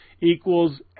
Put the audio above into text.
equals